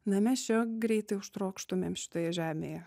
na mes čia greitai užtrokštumėm šitoje žemėje